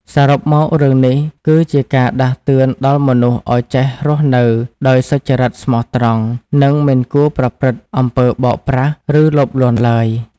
សរុបមករឿងនេះគឺជាការដាស់តឿនដល់មនុស្សឲ្យចេះរស់នៅដោយសុចរិត ស្មោះត្រង់ និងមិនគួរប្រព្រឹត្តអំពើបោកប្រាស់ឬលោភលន់ឡើយ។